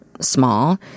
small